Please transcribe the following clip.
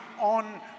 on